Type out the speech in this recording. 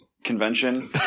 Convention